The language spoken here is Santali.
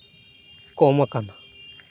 ᱠᱚᱢ ᱟᱠᱟᱱᱟ